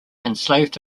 enslaved